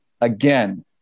again